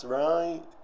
right